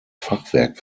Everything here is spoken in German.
fachwerk